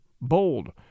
bold